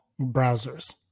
browsers